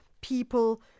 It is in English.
people